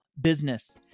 business